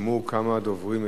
נרשמו כמה דוברים לדבר,